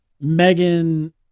Megan